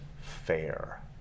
fair